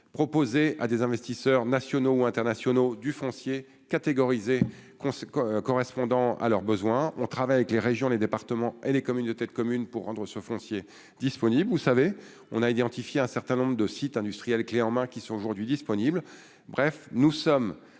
proposer à des investisseurs nationaux ou internationaux du foncier catégorisé conséquent correspondant à leurs besoins, on travaille avec les régions, les départements et les communautés de communes pour rendre ce foncier disponible, vous savez on a identifié un certain nombre de sites industriels clés en main qui sont aujourd'hui disponible, bref, nous sommes